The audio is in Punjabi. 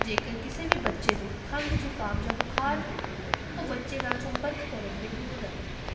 ਜੇਕਰ ਕਿਸੇ ਵੀ ਬੱਚੇ ਨੂੰ ਖੰਘ ਜ਼ੁਕਾਮ ਜਾਂ ਬੁਖਾਰ ਹੋਵੇ ਉਹ ਬੱਚੇ ਨਾਲ ਸੰਪਰਕ ਕਰਨ ਤੋਂ ਦੂਰ ਰਹੇ